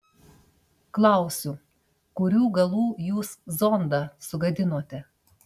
klausiu kurių galų jūs zondą sugadinote